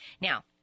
Now